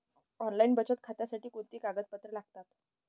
Online बचत खात्यासाठी कोणती कागदपत्रे लागतात?